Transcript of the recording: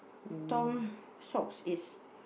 Tom Shops is